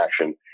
action